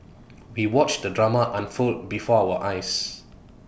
we watched the drama unfold before our eyes